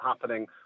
happening